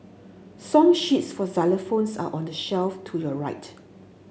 song sheets for xylophones are on the shelf to your right